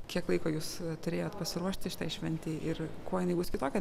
kiek laiko jūs turėjot pasiruošti šitai šventei ir kuo jinai bus kitokia